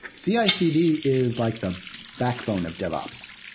cicd is like the backbone of devops.